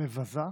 מבזה,